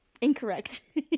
Incorrect